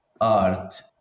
art